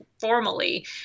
formally